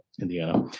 Indiana